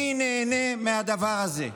מי נהנה מהדבר הזה?